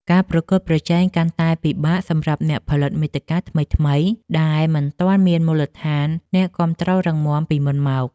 ការប្រកួតប្រជែងកាន់តែពិបាកសម្រាប់អ្នកផលិតមាតិកាថ្មីៗ ដែលមិនទាន់មានមូលដ្ឋានអ្នកគាំទ្ររឹងមាំពីមុនមក។